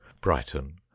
Brighton